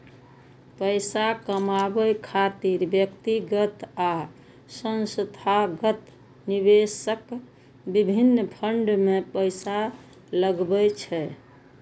पैसा कमाबै खातिर व्यक्तिगत आ संस्थागत निवेशक विभिन्न फंड मे पैसा लगबै छै